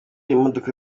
imodoka